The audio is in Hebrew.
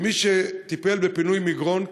כמי שטיפל בפינוי מגרון,